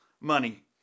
money